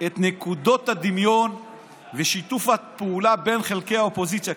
את נקודות הדמיון ושיתוף הפעולה בין חלקי האופוזיציה.